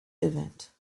event